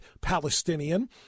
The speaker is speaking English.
Palestinian